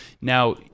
Now-